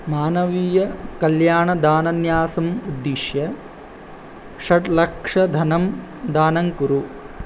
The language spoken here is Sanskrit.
मानवीयकल्याणदानन्यासम् उद्दिश्य षड्लक्षधनं दानङ्कुरु